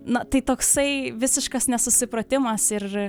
na tai toksai visiškas nesusipratimas ir